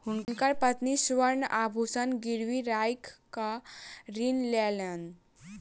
हुनकर पत्नी स्वर्ण आभूषण गिरवी राइख कअ ऋण लेलैन